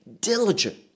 diligent